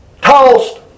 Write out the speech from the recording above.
tossed